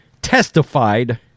testified